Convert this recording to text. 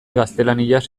gaztelaniaz